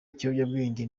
ikiyobyabwenge